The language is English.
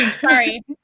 Sorry